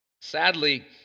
Sadly